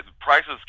prices